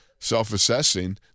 self-assessing